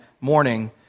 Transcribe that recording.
morning